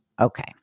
Okay